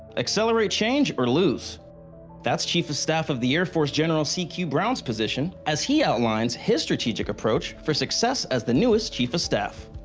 accelerate change or lose that's chief of staff of the air force general c q brown's position as he outlines his strategic approach for success as the newest chief of staff.